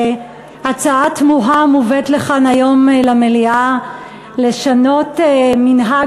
הצעה תמוהה מובאת לכאן היום למליאה לשנות מנהג,